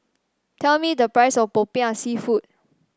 tell me the price of popiah seafood